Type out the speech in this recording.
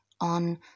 on